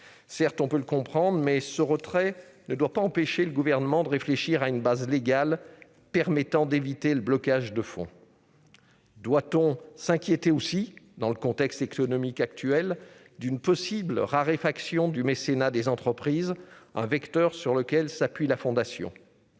argument, mais le retrait de cet article ne doit pas empêcher le Gouvernement de réfléchir à une base légale qui permettrait d'éviter le blocage de fonds. Doit-on s'inquiéter aussi, dans le contexte économique actuel, d'une possible raréfaction du mécénat des entreprises, vecteur sur lequel s'appuie la Fondation ?